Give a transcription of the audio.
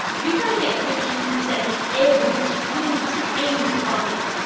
you've got to get fifteen percent in every teeny-tiny caucus,